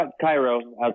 Cairo